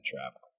travel